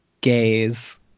gays